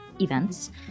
events